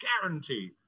guarantee